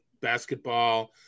Basketball